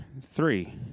three